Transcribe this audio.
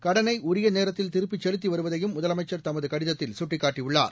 கடனை உரிய நேரத்தில் திருப்பிச் செலுத்தி வருவதையும் முதலமைச்சர் தமது கடிதத்தில் சுட்டிக்காட்டியுள்ளார்